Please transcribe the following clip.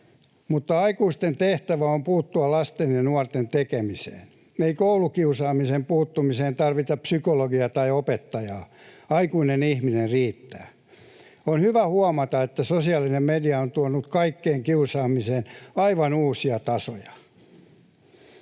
ajatus. Aikuisten tehtävä on puuttua lasten ja nuorten tekemiseen. Ei koulukiusaamiseen puuttumiseen tarvita psykologia tai opettajaa, aikuinen ihminen riittää. On hyvä huomata, että sosiaalinen media on tuonut kaikkeen kiusaamiseen aivan uusia tasoja.